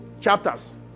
chapters